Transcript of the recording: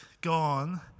gone